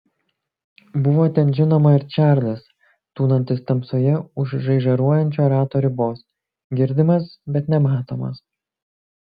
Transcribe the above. buvo ten žinoma ir čarlis tūnantis tamsoje už žaižaruojančio rato ribos girdimas bet nematomas